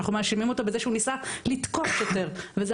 אנחנו מאשימים אותו בזה שהוא ניסה לתקוף שוטר וזה